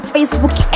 Facebook